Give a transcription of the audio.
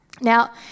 Now